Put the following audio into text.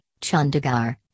Chandigarh